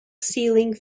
sealing